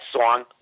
song